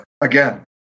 again